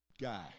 guy